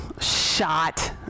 shot